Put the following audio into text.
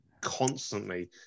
constantly